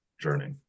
journey